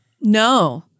No